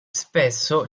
spesso